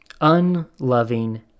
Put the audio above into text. unloving